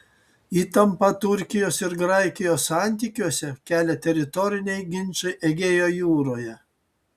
įtampą turkijos ir graikijos santykiuose kelia teritoriniai ginčai egėjo jūroje